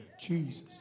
Jesus